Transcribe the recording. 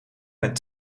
met